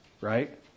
right